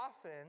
often